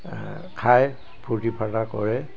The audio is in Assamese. খায় ফূৰ্তি ফাৰ্তা কৰে